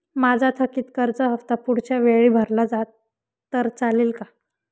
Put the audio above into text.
माझा थकीत कर्ज हफ्ता पुढच्या वेळी भरला तर चालेल का?